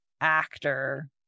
actor